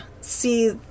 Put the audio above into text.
see